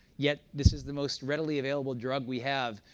yet this is the most readily available drug we have,